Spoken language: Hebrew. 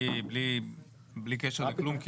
בלי קשר לכלום.